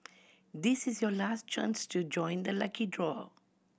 this is your last chance to join the lucky draw